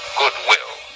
goodwill